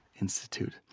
Institute